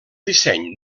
disseny